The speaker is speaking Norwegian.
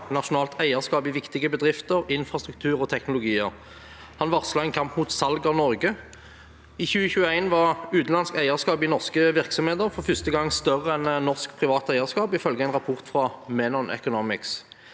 nasjonalt eierskap i viktige bedrifter, infrastruktur og teknologier. Han varslet en kamp mot salg av Norge. I 2021 var utenlandsk eierskap i norske virksomheter for første gang større enn norsk privat eierskap, ifølge en rapport fra Menon Economics.